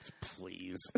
please